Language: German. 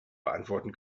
beantworten